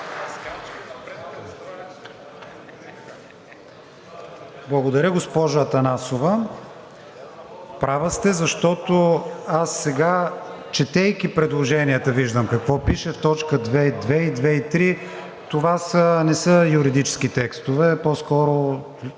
Благодаря, госпожо Атанасова. Права сте, защото сега, четейки предложенията, виждам какво пише в т. 2.2. и т. 2.3. Това не са юридически текстове, а по-скоро